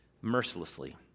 mercilessly